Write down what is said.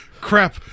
crap